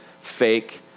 fake